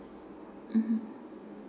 mmhmm